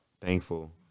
thankful